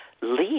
leave